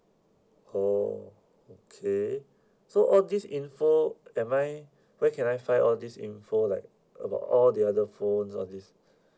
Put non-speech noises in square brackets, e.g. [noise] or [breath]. oh okay so all these info am I where can I find all these info like about all the other phones on this [breath]